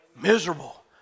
miserable